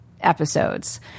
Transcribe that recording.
episodes